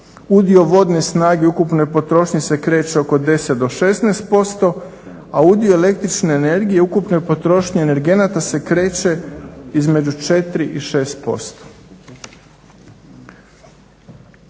udio vodne snage u ukupnoj potrošnji se kreće oko 10 do 16%, a udio električne energije u ukupnoj potrošnji energenata se kreće između 4 i 6%.